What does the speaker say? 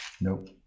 nope